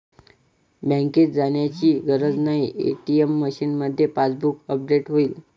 बँकेत जाण्याची गरज नाही, ए.टी.एम मशीनमध्येच पासबुक अपडेट होईल